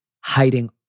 hiding